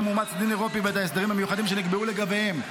אומץ דין אירופאי ואת ההסדרים המיוחדים שנקבעו לגביהם: